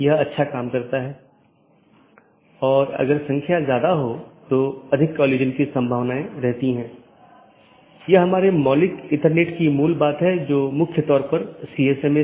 इसलिए हम बाद के व्याख्यान में इस कंप्यूटर नेटवर्क और इंटरनेट प्रोटोकॉल पर अपनी चर्चा जारी रखेंगे